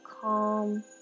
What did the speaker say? calm